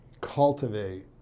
cultivate